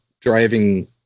driving